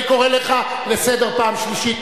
אני קורא אותך לסדר פעם שלישית,